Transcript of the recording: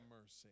mercy